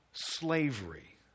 slavery